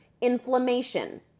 inflammation